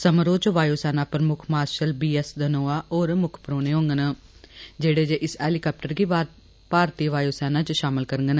समारोह च वायु सेना प्रमुक्ख मार्शल बी एस धनवा होर प्रमुक्ख परोहने होङन जेड़े जे इस हैलिकाप्टर गी भारतीय वायु सेना च शामल करङन